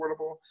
affordable